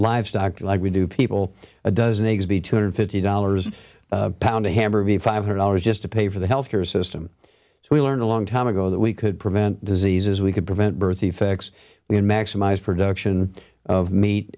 livestock like we do people a dozen eggs b two hundred fifty dollars a pound of hamburger and five hundred dollars just to pay for the health care system so we learned a long time ago that we could prevent diseases we could prevent birth defects we can maximize production of meat